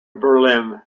berlin